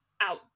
out